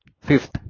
fifth